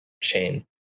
chain